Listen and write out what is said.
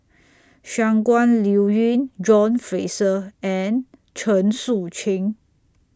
Shangguan Liuyun John Fraser and Chen Sucheng